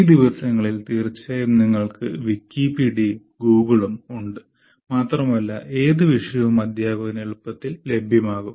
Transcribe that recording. ഈ ദിവസങ്ങളിൽ തീർച്ചയായും നിങ്ങൾക്ക് വിക്കിപീഡിയയും ഗൂഗിളും ഉണ്ട് മാത്രമല്ല ഏത് വിഷയവും അധ്യാപകന് എളുപ്പത്തിൽ ലഭ്യമാകും